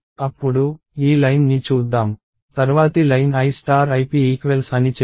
అప్పుడు ఈ లైన్ని చూద్దాం తర్వాతి లైన్ i ip ఈక్వెల్స్ అని చెబుతుంది